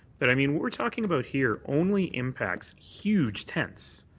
but i mean we're talking about here only impacts huge tents,